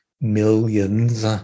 millions